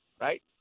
right